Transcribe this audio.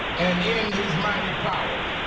and in his mighty power.